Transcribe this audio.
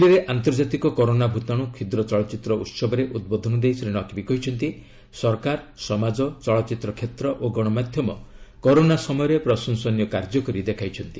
ନୂଆଦିଲ୍ଲୀରେ 'ଆନ୍ତର୍ଜାତିକ କରୋନା ଭୂତାଣୁ କ୍ଷୁଦ୍ର ଚଳଚ୍ଚିତ୍ର ଉହବ'ରେ ଉଦ୍ବୋଧନ ଦେଇ ଶ୍ରୀ ନକ୍ବୀ କହିଛନ୍ତି ସରକାର ସମାଜ ଚଳଚ୍ଚିତ୍ର କ୍ଷେତ୍ର ଓ ଗଣମାଧ୍ୟମ କରୋନା ସମୟରେ ପ୍ରଶଂସନୀୟ କାର୍ଯ୍ୟ କରି ଦେଖାଇଛନ୍ତି